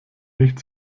nicht